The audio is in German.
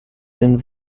dem